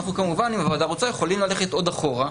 אם הוועדה רוצה, אנחנו יכולים ללכת עוד אחורה.